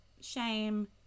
shame